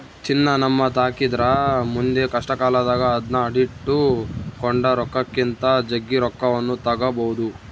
ಚಿನ್ನ ನಮ್ಮತಾಕಿದ್ರ ಮುಂದೆ ಕಷ್ಟಕಾಲದಾಗ ಅದ್ನ ಅಡಿಟ್ಟು ಕೊಂಡ ರೊಕ್ಕಕ್ಕಿಂತ ಜಗ್ಗಿ ರೊಕ್ಕವನ್ನು ತಗಬೊದು